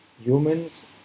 Humans